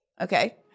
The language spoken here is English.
okay